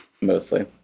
Mostly